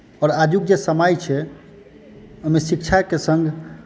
आओर आजुक जे समय छै ओहिमे शिक्षाके संग